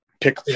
pick